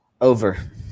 over